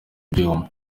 ibyuma